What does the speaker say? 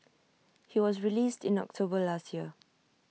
he was released in October last year